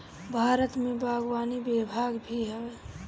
भारत में बागवानी विभाग भी हवे